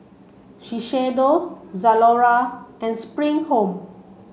Shiseido Zalora and Spring Home